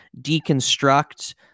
deconstruct